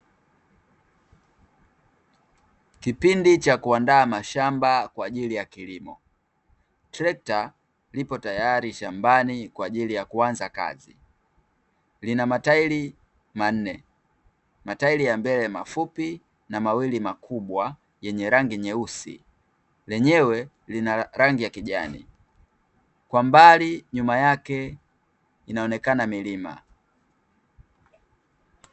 Kipindi cha kuandaa mashamba kwa ajili ya kilimo. Trekta lipotayari shambani kwa ajili ya kuanza kazi. Lina matairi manne, matairi ya mbele mafupi na mawili makubwa yenye rangi nyeusi. Lenyewe lina rangi ya kijani. Kwa mbali nyuma yake inaonekana milima.